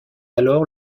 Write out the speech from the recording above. alors